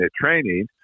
training